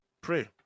pray